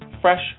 fresh